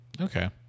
okay